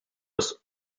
was